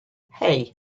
hey